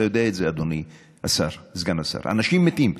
אתה יודע את זה, אדוני סגן השר, אנשים מתים.